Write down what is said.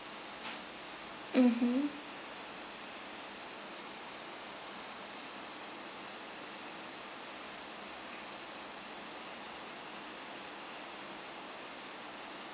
mmhmm